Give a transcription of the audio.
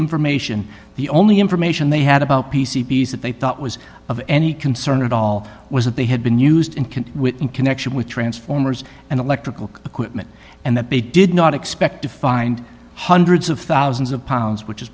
information the only information they had about p c p s that they thought was of any concern at all was that they had been used in can with and connection with transformers and electrical equipment and that they did not expect to find hundreds of thousands of pounds which is